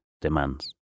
demands